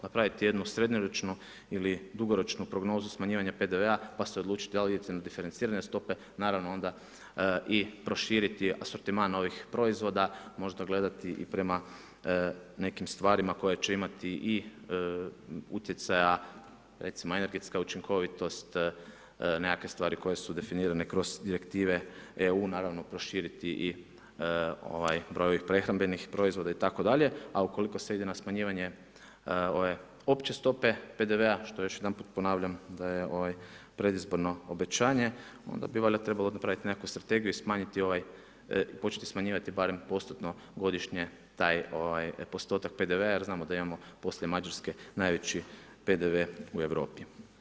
Napraviti jednu srednjoročnu ili dugoročnu prognozu smanjivanja PDV-a, pa se odlučiti da li idete na diferencirane stope, naravno onda i proširiti asortiman ovih proizvoda, možda gledati i prema nekim stvarima koje će imati i utjecaja, recimo energetska učinkovitost, nekakve stvari koje su definirane kroz direktive EU, naravno proširiti i broj prehrambenih proizvoda itd., a ukoliko se ide na smanjivanje ove opće stope PDV-a, što još jedanput ponavljam da je predizborno obećanje, onda bi valjda trebalo napraviti nekakvu strategiju i smanjiti ovaj, početi smanjivati barem postotno godišnje taj postotak PDV-a jer znamo da imamo poslije Mađarske najveći PDV u Europi.